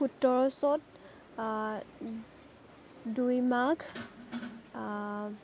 সোতৰ চ'ত দুই মাঘ